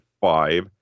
five